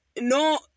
No